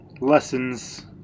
lessons